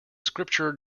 scripture